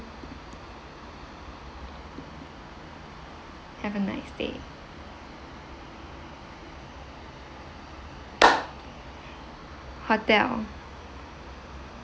have a nice day hotel